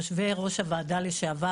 יושבי ראש הוועדה לשעבר,